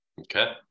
Okay